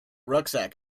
rucksack